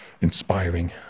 inspiring